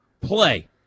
play